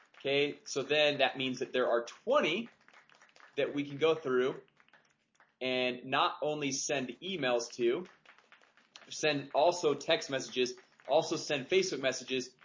okay, so then that means that there are twenty that we can go through and not only send emails to send also text messages also send facebook messages,